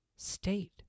state